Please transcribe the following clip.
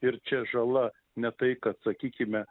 ir čia žala ne tai kad sakykime